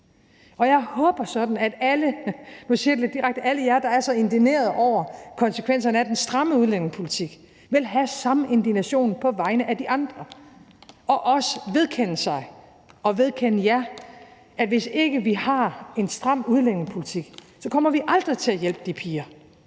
direkte – at alle jer, der er så indignerede over konsekvenserne af den stramme udlændingepolitik, vil have den samme indignation på vegne af de andre og også vedkende jer, at hvis ikke vi har en stram udlændingepolitik, kommer vi aldrig til at hjælpe de piger,